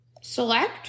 Select